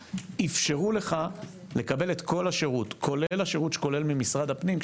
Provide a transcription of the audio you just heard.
שאפשרו לך לקבל את כל השירות כולל השירות ממשרד הפנים,